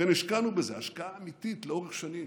השקענו בזה השקעה אמיתית לאורך שנים.